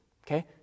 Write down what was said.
Okay